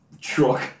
truck